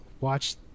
watch